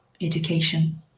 education